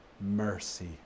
mercy